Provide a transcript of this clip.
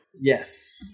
Yes